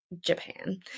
Japan